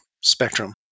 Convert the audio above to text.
spectrum